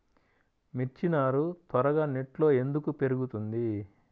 మిర్చి నారు త్వరగా నెట్లో ఎందుకు పెరుగుతుంది?